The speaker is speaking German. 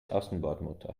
außenbordmotor